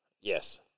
Yes